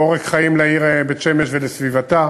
ועורק חיים לעיר בית-שמש ולסביבתה,